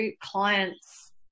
clients